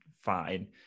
fine